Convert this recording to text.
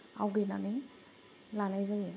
आवगायनानै लानाय जायो